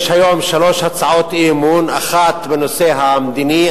יש היום שלוש הצעות אי-אמון: אחת בנושא המדיני,